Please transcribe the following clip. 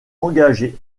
engagé